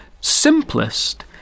SIMPLEST